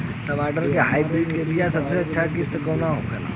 टमाटर के हाइब्रिड क बीया सबसे अच्छा किस्म कवन होला?